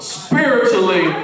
spiritually